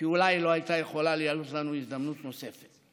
כי אולי לא הייתה יכולה להיות לנו הזדמנות נוספת.